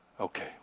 Okay